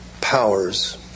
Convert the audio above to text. powers